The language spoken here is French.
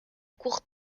court